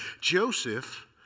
Joseph